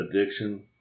addiction